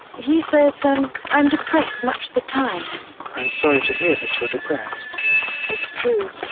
he says, i'm i'm depressed much the time i'm sorry to hear that you're depressed it's true,